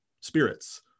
spirits